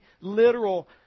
literal